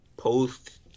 Post